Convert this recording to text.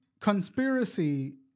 Conspiracy